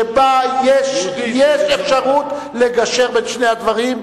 שבה יש אפשרות לגשר בין שני הדברים,